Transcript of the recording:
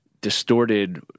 distorted